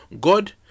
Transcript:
God